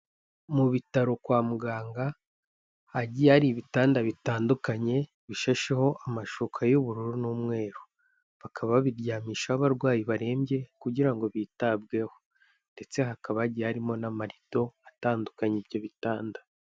Mu bitaro kwa muganga, hagiye hari ibitanda bitandukanye, bishasheho amashuka y'ubururu n'umweru. Bakaba babiryamishaho abarwayi barembye kugira ngo bitabweho, ndetse hakaba hagiye harimo n'amarido atandukanya ibyo bitanda.